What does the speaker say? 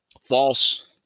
false